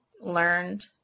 learned